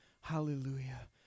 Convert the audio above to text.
hallelujah